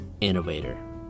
innovator